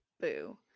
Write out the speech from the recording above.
Boo